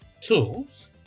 tools